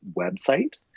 website